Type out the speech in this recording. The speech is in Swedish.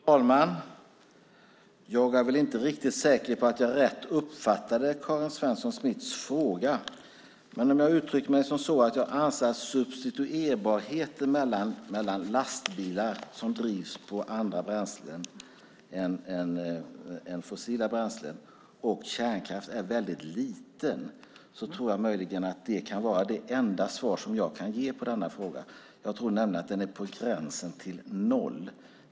Fru talman! Jag är inte riktigt säker på att jag uppfattade Karin Svensson Smiths fråga rätt. Men om jag uttrycker mig så här: Jag anser att substituerbarheten mellan lastbilar som drivs på andra bränslen än fossila bränslen och kärnkraft är väldigt liten. Det tror jag är det enda svar jag kan ge på denna fråga. Jag tror nämligen att utbytbarheten är på gränsen till noll.